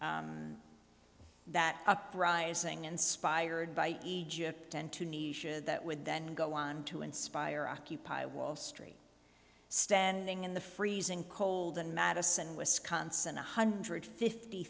that uprising inspired by egypt and tunisia that would then go on to inspire occupy wall street standing in the freezing cold in madison wisconsin one hundred fifty